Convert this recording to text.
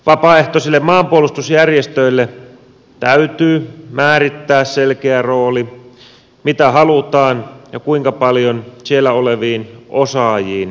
vapaaehtoisille maanpuolustusjärjestöille täytyy määrittää selkeä rooli mitä halutaan ja kuinka paljon siellä oleviin osaajiin luotetaan